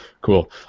Cool